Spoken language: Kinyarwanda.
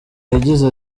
yagize